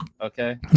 okay